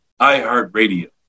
iHeartRadio